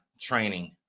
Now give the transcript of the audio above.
training